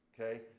Okay